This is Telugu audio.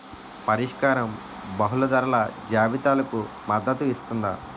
పరిష్కారం బహుళ ధరల జాబితాలకు మద్దతు ఇస్తుందా?